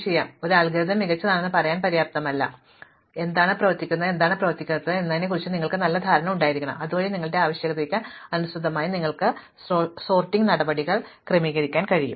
അതിനാൽ ഒരു അൽഗോരിതം മികച്ചതാണെന്ന് പറയാൻ പര്യാപ്തമല്ല എന്താണ് പ്രവർത്തിക്കുന്നത് എന്താണ് പ്രവർത്തിക്കാത്തത് എന്നതിനെക്കുറിച്ച് നിങ്ങൾക്ക് നല്ല ധാരണ ഉണ്ടായിരിക്കണം അതുവഴി നിങ്ങളുടെ ആവശ്യകതകൾക്ക് അനുസൃതമായി നിങ്ങളുടെ സോർട്ടിംഗ് നടപടിക്രമങ്ങൾ ക്രമീകരിക്കാൻ കഴിയും